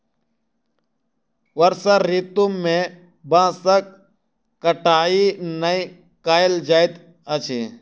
वर्षा ऋतू में बांसक कटाई नै कयल जाइत अछि